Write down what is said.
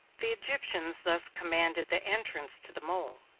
the egyptians thus commanded the entrance to the mole.